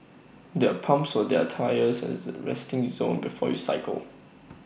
there are pumps for their tyres as resting zone before you cycle